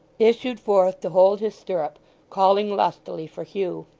issued forth to hold his stirrup calling lustily for hugh.